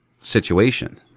situation